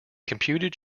computed